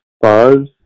buzz